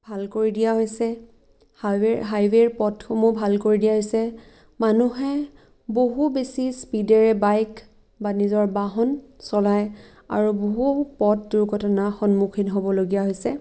ভাল কৰি দিয়া হৈছে হাইৱে' হাইৱে'ৰ পথসমূহ ভাল কৰি দিয়া হৈছে মানুহে বহু বেছি স্পীডেৰে বাইক বা নিজৰ বাহন চলায় আৰু বহু পথ দুৰ্ঘটনাৰ সন্মুখীন হ'বলগীয়া হৈছে